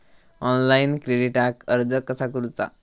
Online क्रेडिटाक अर्ज कसा करुचा?